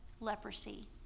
leprosy